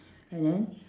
and then